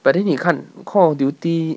but then 你看 call of duty